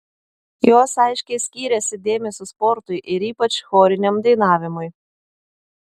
jos aiškiai skyrėsi dėmesiu sportui ir ypač choriniam dainavimui